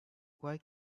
why